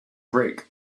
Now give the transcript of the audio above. brick